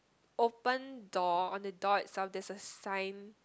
open door on the door itself there's a sign